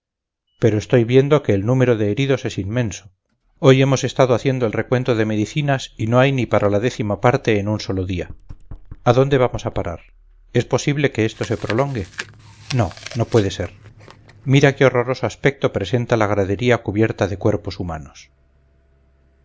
pero estoy viendo que el número de heridos es inmenso hoy hemos estado haciendo el recuento de medicinas y no hay ni para la décima parte en un solo día a dónde vamos a parar es posible que esto se prolongue no no puede ser mira qué horroroso aspecto presenta la gradería cubierta de cuerpos humanos